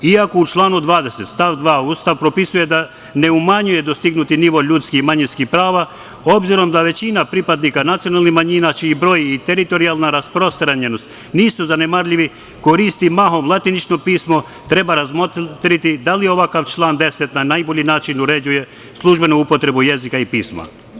Iako u članu 20. stav 2. Ustav propisuje da ne umanjuje dostignuti nivo ljudskih i manjinskih prava, obzirom da većina pripadnika nacionalnih manjina, čiji broj i teritorijalna rasprostranjenost nisu zanemarljivi, koristi mahom latinično pismo, treba razmotriti da li ovakav član 10. na najbolji način uređuje službenu upotrebu jezika i pisma.